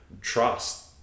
Trust